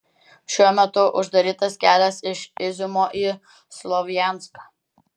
šiuo metu uždarytas kelias iš iziumo į slovjanską